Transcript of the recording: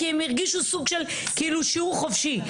כי הם הרגישו סוג של שיעור חופשי.